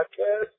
Podcast